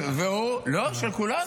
לא, של כולנו.